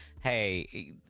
hey